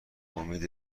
امید